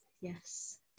yes